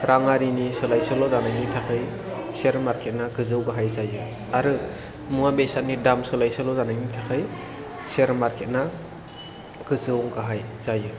राङारिनि सोलाय सोल' जानायनि थाखाय सेयार मार्केट आ गोजौ गाहाय जायो आरो मुवा बेसादनि दाम सोलाय सोल' जानायनि थाखाय सेयार मार्केट आ गोजौ गाहाय जायो